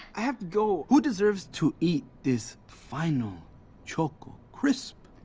i have to go. who deserves to eat this final chock-o crisp?